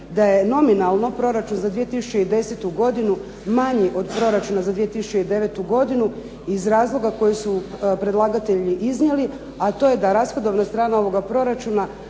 da je nominalno proračun za 2010. godinu manji od proračuna za 2009. godinu iz razloga koji su predlagatelji iznijeli, a to je da rashodovna strana ovoga proračuna